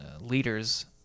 leaders